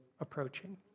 approaching